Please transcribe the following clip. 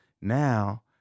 Now